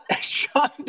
Sean